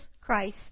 Christ